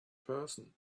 person